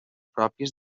pròpies